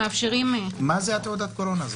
מה זה התעודת קורונה הזאת?